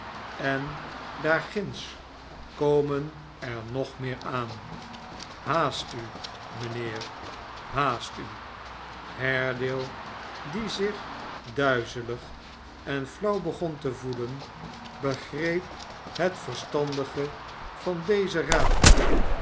en daar ginds komen er nog meer aan haast u mijnheer haast u haredale die zich duizelig en flauw begon te voelen begreep het verstandige van dezen raad